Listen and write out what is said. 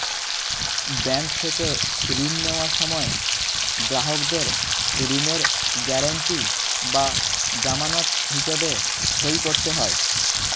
bank থেকে ঋণ নেওয়ার সময় গ্রাহকদের ঋণের গ্যারান্টি বা জামানত হিসেবে সই করতে হয়